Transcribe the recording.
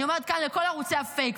אני אומרת כאן לכל ערוצי הפייק,